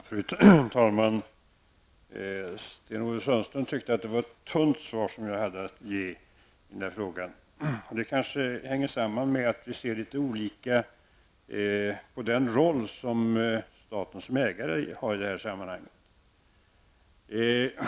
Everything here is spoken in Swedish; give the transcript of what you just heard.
Fru talman! Sten-Ove Sundström tyckte att det var ett tunt svar som jag hade att ge i denna fråga. Det kanske hänger samman med att vi ser litet olika på den roll som staten som ägare har i det här sammanhanget.